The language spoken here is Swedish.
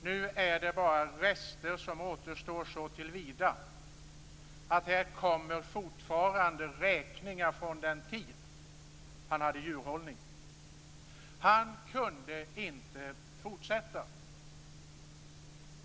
Nu är det bara rester som återstår, såtillvida att det fortfarande kommer räkningar från den tid han hade djurhållning. Han kunde inte fortsätta.